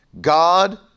God